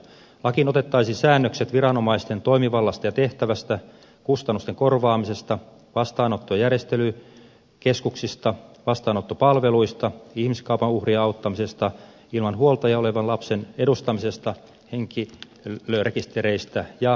lakiin otettaisiin säännökset viranomaisten toimivallasta ja tehtävästä kustannusten korvaamisesta vastaanotto ja järjestelykeskuksista vastaanottopalveluista ihmiskaupan uhrien auttamisesta ilman huoltajaa olevan lapsen edustamisesta henkilörekistereistä ja muutoksenhausta